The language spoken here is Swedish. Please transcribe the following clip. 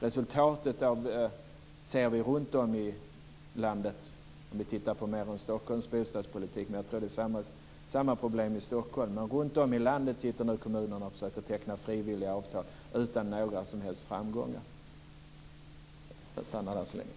Resultatet ser vi runtom i landet, om vi tittar på mer än Stockholms bostadspolitik. Jag tror att det är samma problem i Stockholm. Runtom i landet försöker kommunerna teckna frivilliga avtal utan någon som helst framgång. Jag stannar där så länge.